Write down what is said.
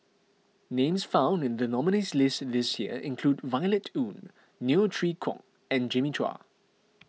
names found in the nominees' list this year include Violet Oon Neo Chwee Kok and Jimmy Chua